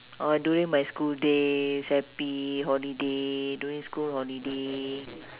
oh during my school days happy holiday during school holiday